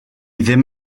ddim